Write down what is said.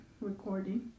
recording